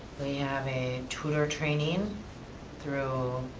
we have a tutor training through